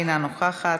אינה נוכחת.